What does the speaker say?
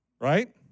right